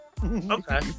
Okay